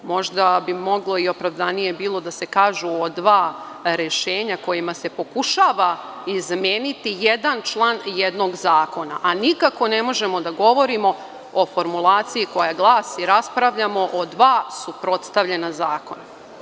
Možda bi moglo i opravdanije bilo da se kaže – o dva rešenja kojima se pokušava izmeniti jedan član jednog zakona, a nikako ne možemo da govorimo o formulaciji koja glasi – raspravljamo o dva suprotstavljena zakona.